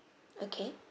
okay